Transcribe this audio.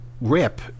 rip